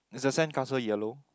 is the sand castle yellow